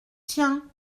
tiens